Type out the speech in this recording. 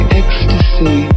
ecstasy